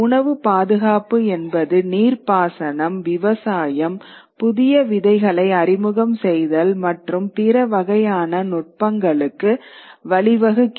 உணவு பாதுகாப்பு என்பது நீர்ப்பாசனம் விவசாயம் புதிய விதைகளை அறிமுகம் செய்தல் மற்றும் பிற வகையான நுட்பங்களுக்கு வழிவகுக்கிறது